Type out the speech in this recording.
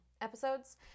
episodes